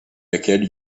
laquelle